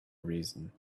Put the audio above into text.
reason